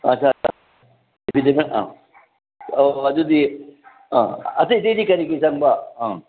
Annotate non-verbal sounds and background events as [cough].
ꯑꯥ [unintelligible] ꯑꯥ ꯑꯧ ꯑꯗꯨꯗꯤ ꯑꯥ ꯑꯇꯩ ꯑꯇꯩꯗꯤ ꯀꯔꯤ ꯀꯔꯤ ꯆꯪꯕ ꯑꯥ